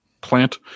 plant